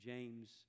James